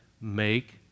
make